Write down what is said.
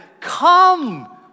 come